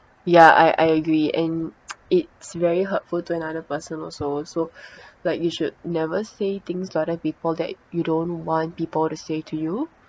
yeah I I agree and it's very hurtful to another person also so like you should never say things to other people that you don't want people to say to you